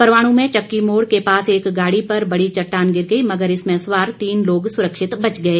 परवाणू में चक्की मोड़ के पास एक गाड़ी पर बड़ी चट्टान गिर गई मगर इसमें सवार तीन लोग सुरक्षित बच गए